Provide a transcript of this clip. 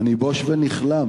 אני בוש ונכלם.